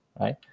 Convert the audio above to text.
right